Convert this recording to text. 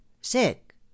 Sick